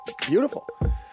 beautiful